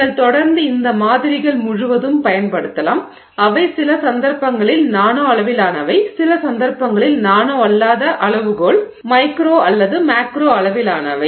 நீங்கள் தொடர்ந்து இந்த மாதிரிகள் முழுவதும் பயன்படுத்தலாம் அவை சில சந்தர்ப்பங்களில் நானோ அளவிலானவை சில சந்தர்ப்பங்களில் நானோ அல்லாத அளவுகோல் மைக்ரோ அல்லது மேக்ரோ அளவிலானவை